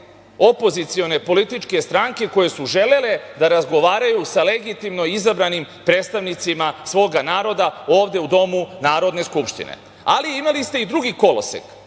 opozicione političke stranke koje su želele da razgovaraju sa legitimno izabranim predstavnicima svog naroda ovde u domu Narodne skupštine. Imali ste i drugi kolosek.